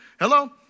Hello